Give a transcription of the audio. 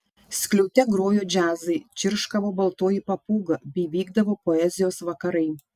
skliaute grojo džiazai čirškavo baltoji papūga bei vykdavo poezijos vakarai